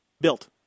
Built